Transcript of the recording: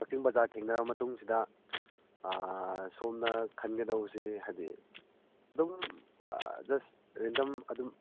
ꯀꯛꯆꯤꯡ ꯕꯖꯥꯔ ꯊꯦꯡꯅꯔ ꯃꯇꯨꯡꯁꯤꯗ ꯁꯣꯝꯅ ꯈꯟꯒꯗꯧꯕꯁꯤ ꯍꯥꯏꯗꯤ ꯑꯗꯨꯝ ꯖꯁ ꯔꯦꯟꯗꯝ ꯑꯗꯨꯝ